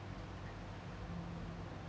okay